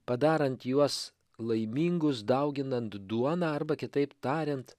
padarant juos laimingus dauginant duoną arba kitaip tariant